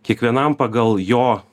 kiekvienam pagal jo